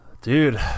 dude